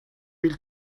mille